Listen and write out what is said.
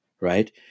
right